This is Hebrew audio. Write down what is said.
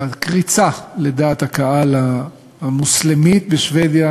הקריצה לדעת הקהל המוסלמית בשבדיה.